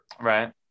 Right